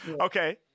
Okay